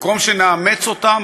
במדינת ישראל.